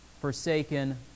forsaken